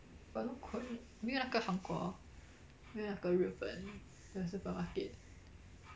got no korean 没有那个韩国没有那个日本的 supermarket